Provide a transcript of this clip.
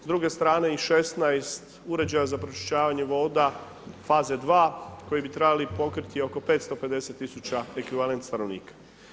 S druge strane i 16 uređaja za pročišćavanje voda, faze 2 koji bi trebali pokriti oko 550 tisuća ekvivalent stanovnika.